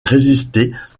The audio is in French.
résister